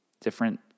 different